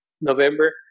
november